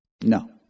No